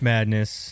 Madness